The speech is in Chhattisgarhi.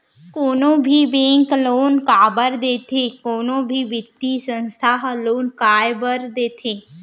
कोनो भी बेंक लोन काबर देथे कोनो भी बित्तीय संस्था ह लोन काय बर देथे?